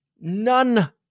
None